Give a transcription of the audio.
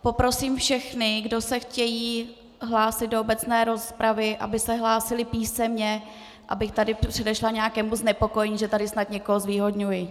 Poprosím všechny, kdo se chtějí hlásit do obecné rozpravy, aby se hlásili písemně, abych předešla nějakému znepokojení, že tady snad někoho zvýhodňuji.